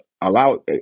allow